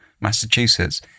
Massachusetts